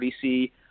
see